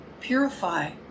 purify